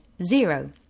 Zero